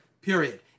period